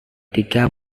tiga